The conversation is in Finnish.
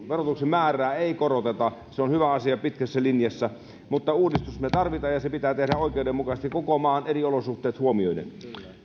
verotuksen määrää ei koroteta se on hyvä asia pitkässä linjassa mutta uudistuksen me tarvitsemme ja se pitää tehdä oikeudenmukaisesti koko maan eri olosuhteet huomioiden